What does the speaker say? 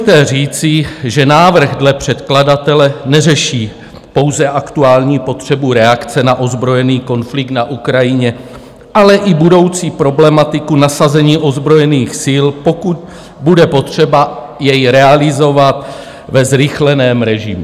Je důležité říci, že návrh dle předkladatele neřeší pouze aktuální potřebu reakce na ozbrojený konflikt na Ukrajině, ale i budoucí problematiku nasazení ozbrojených sil, pokud bude potřeba je realizovat ve zrychleném režimu.